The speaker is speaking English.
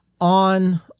on